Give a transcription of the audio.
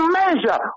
measure